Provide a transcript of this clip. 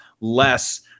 less